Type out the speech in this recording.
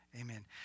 Amen